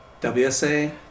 WSA